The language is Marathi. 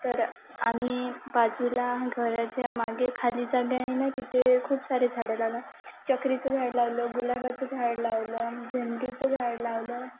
तर आम्ही बाजूला घराच्या मागे खाली जागा आहे ना तिथे खूप सारे झाडं लावलं चक्रीचं झाड लावलं गुलाबाचं झाड लावलं झेंडूचं झाड लावलं